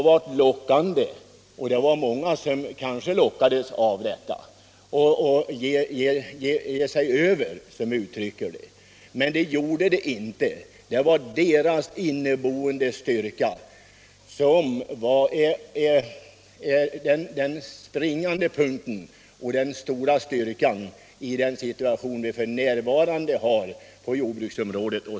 Många jordbrukare lockades kanske av detta att ge sig över, som man uttrycker det, men de flesta gjorde det inte. Det var deras inneboende kraft som var den springande punkten och som är styrkan i den situation vi f. n. har på jordbruksområdet.